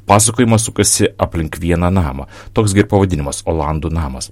pasakojimas sukasi aplink vieną namą toks gi ir pavadinimas olandų namas